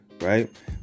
Right